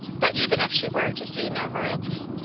but even if she were to see no royalty,